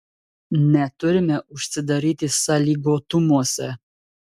neturime užsidaryti sąlygotumuose